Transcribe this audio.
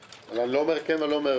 אני לא אומר כן או לא.